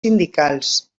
sindicals